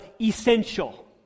essential